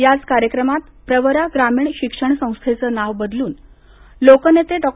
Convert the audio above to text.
याच कार्यक्रमात प्रवरा ग्रामीण शिक्षण संस्थेचं नाव बदलुन लोकनेते डॉ